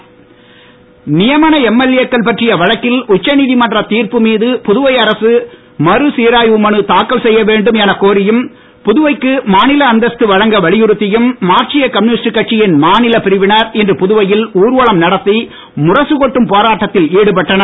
CPM நியமன எம்எல்ஏக்கள் பற்றிய வழக்கில் உச்சநீதிமன்ற தீர்ப்பு மீது புதுவை அரசு மறுசீராய்வு மனு தாக்கல் செய்ய வேண்டும் எனக்கோரியும் புதுவைக்கு மாநில அந்தஸ்து வழங்க வலியுறுத்தியும் மார்க்சிய கம்யுனிஸ்ட் கட்சியின் மாநிலப் பிரிவினர் இன்று புதுவையில் ஊர்வலம் நடத்தி முரசு கொட்டும் போராட்டத்தில் ஈடுபட்டனர்